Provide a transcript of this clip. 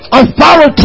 authority